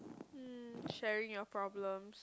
mm sharing your problems